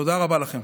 תודה רבה לכם.